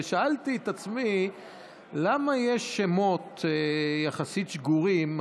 ושאלתי את עצמי למה יש שמות יחסית שגורים,